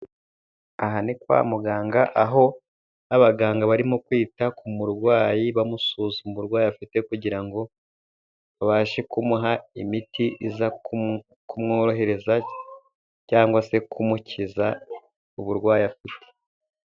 Aha ni kwa muganga, aho n'abaganga barimo kwita ku murwayi, bamusuzuma uburwayi afite kugira ngo babashe kumuha imiti iza kumworohereza, cyangwa se kumukiza uburwayi afite.